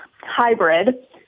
hybrid